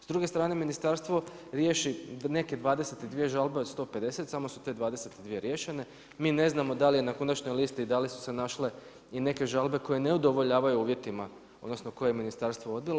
S druge strane ministarstvo riječi neke 22 žalbe od 150, samo su te 22 riješene, mi ne znamo da li je na konačnoj listi i da li su se našle i neke žalbe koje ne udovoljavaju uvjetima odnosno koje je ministarstvo odbilo.